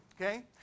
Okay